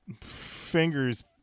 fingers